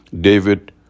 David